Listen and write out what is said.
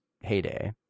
heyday